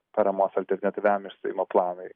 paramos alternatyviam išstojimo planui